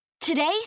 Today